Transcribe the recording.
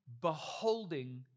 beholding